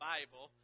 Bible